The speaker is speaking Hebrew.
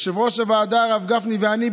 יושב-ראש הוועדה הרב גפני ואני,